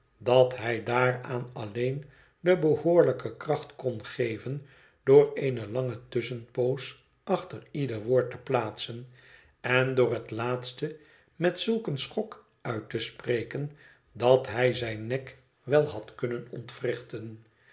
dat hij daaraan alleen de behoorlijke kracht kon geven door eene lange tusschenpoos achter ieder woord te plaatsen en door het laatste met zulk een schok uit te spreken dat hij zijn nek wel had kunnen